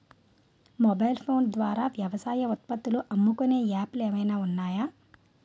Mobile phone ద్వారా వ్యవసాయ ఉత్పత్తులు అమ్ముకునే యాప్ లు ఏమైనా ఉన్నాయా?